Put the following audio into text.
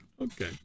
Okay